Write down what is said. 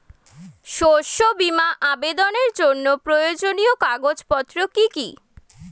শস্য বীমা আবেদনের জন্য প্রয়োজনীয় কাগজপত্র কি কি?